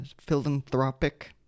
philanthropic